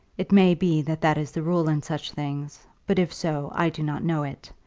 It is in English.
it may be that that is the rule in such things, but if so i do not know it.